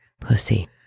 pussy